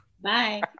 Bye